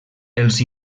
els